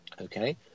Okay